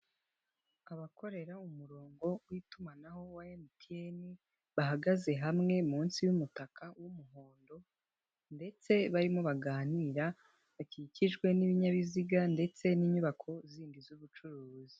Abakorera umurongo w'itumanaho wa Emutiyeni, bahagaze hamwe munsi y'umutaka w'umuhondo ndetse barimo baganira, bakikijwe n'ibinyabiziga ndetse n'inyubako zindi z'ubucuruzi.